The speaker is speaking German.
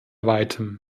weitem